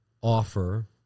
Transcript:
offer